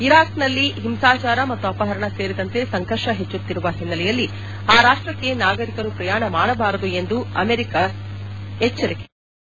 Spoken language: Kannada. ಇರಾಕ್ನಲ್ಲಿ ಹಿಂಸಾಚಾರ ಮತ್ತು ಅಪಹರಣ ಸೇರಿದಂತೆ ಸಂಘರ್ಷ ಹೆಚ್ಚುತ್ತಿರುವ ಹಿನ್ನೆಲೆಯಲ್ಲಿ ಆ ರಾಷ್ಟ್ಕಕ್ನೆ ನಾಗರಿಕರು ಪ್ರಯಾಣ ಮಾಡಬಾರದು ಎಂದು ಅಮೆರಿಕ ಎಚ್ಚರಿಕೆ ನೀಡಿದೆ